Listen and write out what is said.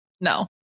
No